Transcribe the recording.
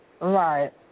Right